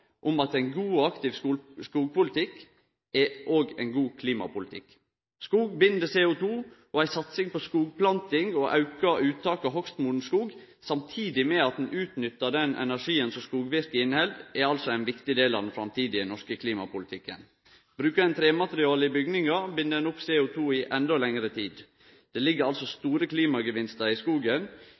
om at ein god og aktiv skogpolitikk òg er ein god klimapolitikk. Skog bind CO2. Ei satsing på skogplanting og auka uttak av hogstmogen skog, samtidig med at ein utnyttar den energien som skogvirke inneheld, er altså ein viktig del av den framtidige norsk klimapolitikken. Brukar ein tremateriale i bygningar, bind ein opp CO2 i endå lengre tid. Det ligg altså store klimagevinstar i skogen,